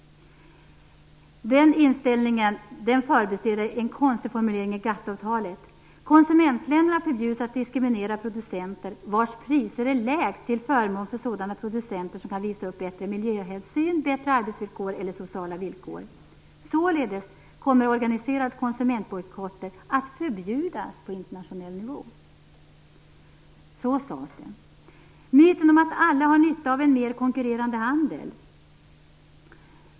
Denna inställning förbiser en konstig formulering i GATT-avtalet: Konsumentländerna förbjuds att diskriminera producenter, vars priser är lägst till förmån för sådana producenter som kan visa upp bättre miljöhänsyn, bättre arbetsvillkor eller sociala villkor. Således kommer organiserade konsumentbojkotter att förbjudas på internationell nivå. Så sades det. Det gäller myten om att alla har nytta av en mer konkurrerande handel.